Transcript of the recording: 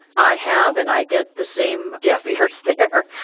i have and i get the same deaf ears there.